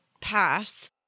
pass